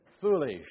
foolish